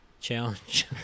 Challenge